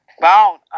bound